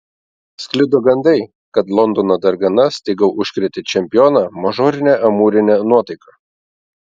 sklido gandai kad londono dargana staiga užkrėtė čempioną mažorine amūrine nuotaika